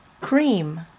cream